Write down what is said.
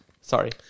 Sorry